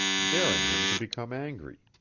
daring him to become angry.